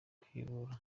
kwibuka